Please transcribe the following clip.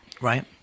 Right